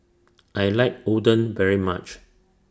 I like Oden very much